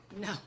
No